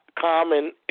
common